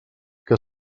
que